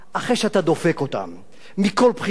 אחרי שאתה דופק אותם מכל בחינה,